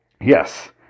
Yes